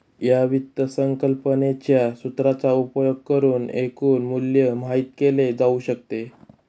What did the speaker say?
या वित्त संकल्पनेच्या सूत्राचा उपयोग करुन एकूण मूल्य माहित केले जाऊ शकते